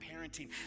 parenting